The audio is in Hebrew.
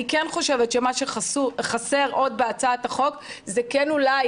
אני כן חושבת שמה שחסר עוד בהצעת החוק זה כן אולי